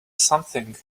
something